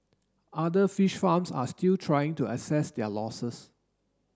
other fish farms are still trying to assess their losses